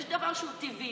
יש דבר שהוא טבעי,